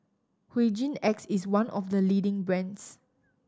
Hygin X is one of the leading brands